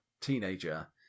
teenager